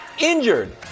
injured